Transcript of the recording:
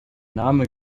name